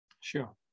Sure